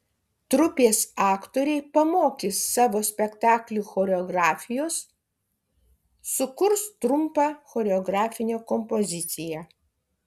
trupės aktoriai pamokys savo spektaklių choreografijos sukurs trumpą choreografinę kompoziciją